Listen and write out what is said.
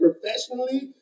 professionally